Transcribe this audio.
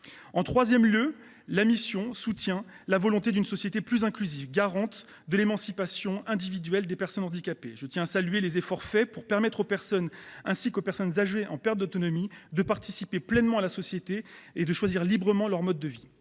En troisième lieu, la mission soutient la volonté d’une société plus inclusive, garante de l’émancipation individuelle des personnes handicapées. Je tiens à souligner les efforts faits pour permettre à ces personnes, ainsi qu’aux personnes âgées en perte d’autonomie, de participer pleinement à la société et de choisir librement leur mode de vie.